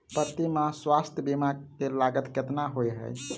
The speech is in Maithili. प्रति माह स्वास्थ्य बीमा केँ लागत केतना होइ है?